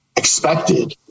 expected